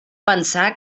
pensar